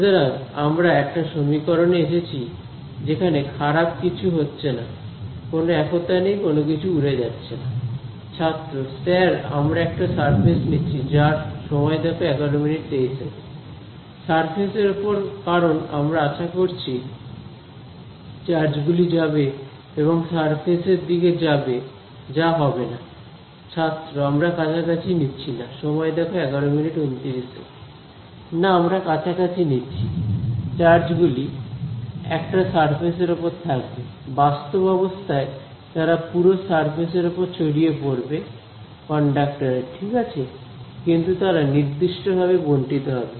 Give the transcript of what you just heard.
সুতরাং আমরা একটা সমীকরণে এসেছি যেখানে খারাপ কিছু হচ্ছে না কোন একতা নেই কোন কিছু উড়ে যাচ্ছে না ছাত্র স্যার আমরা একটা সারফেস নিচ্ছি যার সারফেস এর ওপর কারণ আমরা আশা করছি চার্জ গুলি যাবে এবং সারফেস এর দিকে যাবে যা হবে না ছাত্র আমরা কাছাকাছি নিচ্ছি না না আমরা কাছাকাছি নিচ্ছি চার্জ গুলি একটা সারফেস এর উপর থাকবে বাস্তব অবস্থায় তারা পুরো সারফেস এর ওপর ছড়িয়ে পড়বে কন্ডাক্টরের ঠিক আছে কিন্তু তারা নির্দিষ্টভাবে বন্টিত হবে